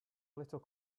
little